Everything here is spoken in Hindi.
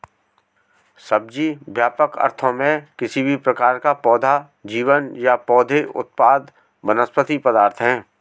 सब्जी, व्यापक अर्थों में, किसी भी प्रकार का पौधा जीवन या पौधे उत्पाद वनस्पति पदार्थ है